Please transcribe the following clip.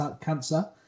Cancer